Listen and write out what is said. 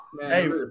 hey